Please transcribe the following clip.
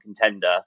contender